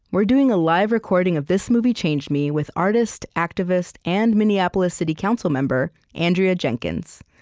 we're doing a live recording of this movie changed me with artist, activist, and minneapolis city council member, andrea jenkins.